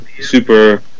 super